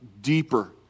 deeper